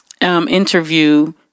interview